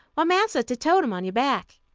why, massa, to tote um on your back.